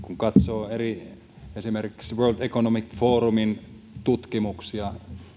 katsoo eri tutkimuksia esimerkiksi world economic forumin